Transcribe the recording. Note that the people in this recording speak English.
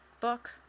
book